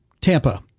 tampa